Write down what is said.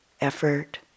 effort